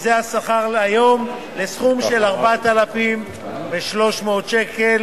שזה השכר היום, לסכום של 4,300 שקל